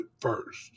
first